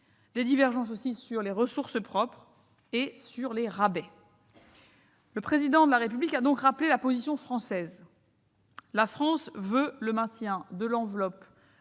Des divergences existent aussi sur les ressources propres et les rabais. Le Président de la République a rappelé la position française : la France veut le maintien de l'enveloppe